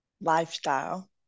lifestyle